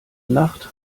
nacht